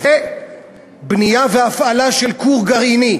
בנייה והפעלה של כור גרעיני.